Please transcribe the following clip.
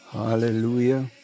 Hallelujah